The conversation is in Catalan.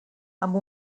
amb